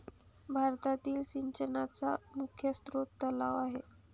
भारतातील सिंचनाचा मुख्य स्रोत तलाव आहे